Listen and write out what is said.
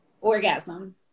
orgasm